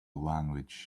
language